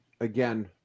again